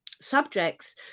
subjects